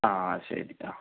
ആ ശരി ആ